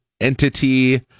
entity